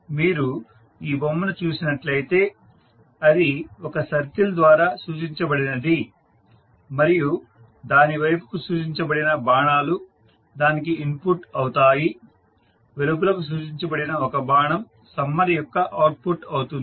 మీరు ఈ బొమ్మను చూసినట్లయితే అది ఒక సర్కిల్ ద్వారా సూచించబడినది మరియు దాని వైపుకు సూచించబడిన బాణాలు దానికి ఇన్పుట్స్ అవుతాయి వెలుపలకు సూచించబడిన ఒక బాణం సమ్మర్ యొక్క అవుట్పుట్ అవుతుంది